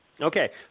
Okay